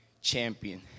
champion